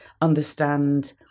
understand